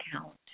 account